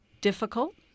difficult